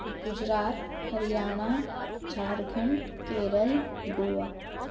Gujarat Haryana Jharkhand Kerala Goa